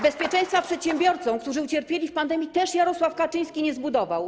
Bezpieczeństwa przedsiębiorcom, którzy ucierpieli w pandemii, też Jarosław Kaczyński nie zbudował.